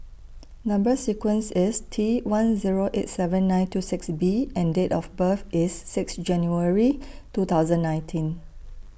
Number sequence IS T one Zero eight seven nine two six B and Date of birth IS six January two thousand nineteen